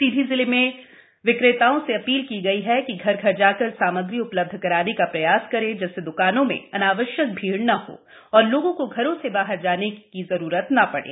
सीधी जिले में विक्रेताओं से अपील की गयी है कि घर घर जाकर सामग्री उपलब्ध कराने का प्रयास करें जिससे दुकानों में अनावश्यक भीड़ नहीं हो और लोगों को घरों से बाहर आने की आवश्यकता नहीं पड़े